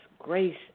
Grace